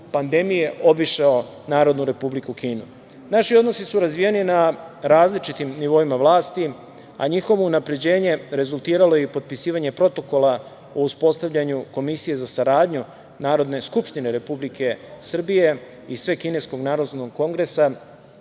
pandemije obišao Narodnu Republiku Kinu. Naši odnosi su razvijeni na različitim nivoima vlasti, a njihovo unapređenje rezultiralo je i potpisivanje Protokola o uspostavljanju Komisije za saradnju Narodne skupštine Republike Srbije i Svekineskog narodnog kongresa,